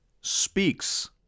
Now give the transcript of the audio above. speaks